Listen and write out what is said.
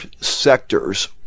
sectors